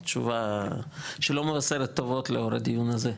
תשובה שלא מבשרת טובות לאור הדיון הזה.